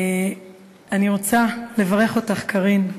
אני רוצה לברך אותך, קארין,